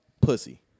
pussy